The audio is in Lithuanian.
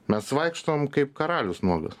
mes vaikštom kaip karalius nuogas